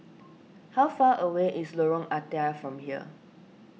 how far away is Lorong Ah Thia from here